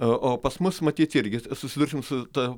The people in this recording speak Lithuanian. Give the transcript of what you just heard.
o o pas mus matyt irgi susidursime su ta